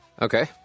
Okay